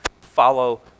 Follow